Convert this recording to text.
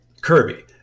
Kirby